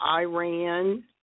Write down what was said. Iran